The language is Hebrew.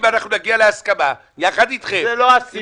אם אנחנו נגיע להסכמה יחד איתכם עם היושב-ראש --- זו לא הסיבה.